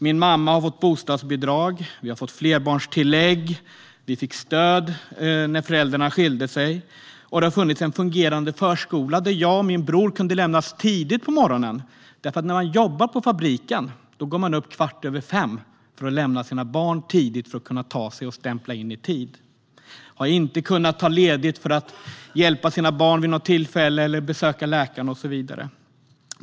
Min mamma har fått bostadsbidrag, vi har fått flerbarnstillägg och vi fick stöd när våra föräldrar skilde sig. Det har funnits en fungerande förskola där jag och min bror kunde lämnas tidigt på morgonen, för när man jobbar på fabriken går man upp kvart över fem för att lämna sina barn tidigt för att kunna ta sig till jobbet och stämpla in i tid. Man kan inte ta ledigt för att hjälpa sina barn vid något tillfälle eller besöka läkaren och så vidare.